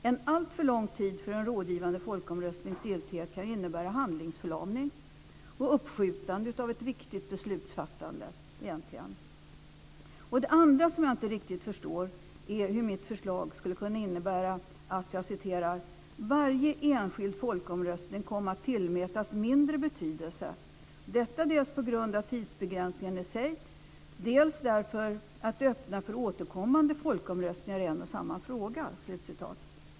Men alltför lång tid för en rådgivande folkomröstnings giltighet kan innebära handlingsförlamning och uppskjutande av ett viktigt beslut. Det andra som jag inte riktigt förstår är hur mitt förslag skulle innebära att "varje enskild folkomröstning kom att tillmätas mindre betydelse, detta dels på grund av tidsbegränsningen i sig, dels därför att det öppnar för återkommande folkomröstningar i en och samma fråga."